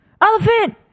elephant